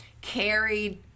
carried